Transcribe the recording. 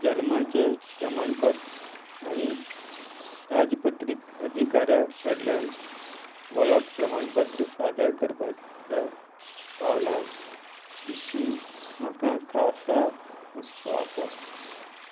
जल्माचें प्रमाणपत्र आणी राजपत्रीत अधिकाऱ्या कडल्यान वळख प्रमाणपत्र सादर करपाच्या पावला विशीं म्हाका खासा हुस्को आसा